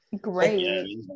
Great